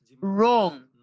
wrong